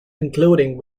including